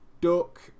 Duck